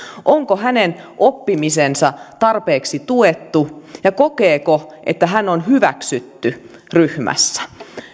onko hänen oppimisensa tarpeeksi tuettua ja kokeeko hän että on hyväksytty ryhmässä